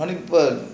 how many people